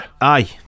Aye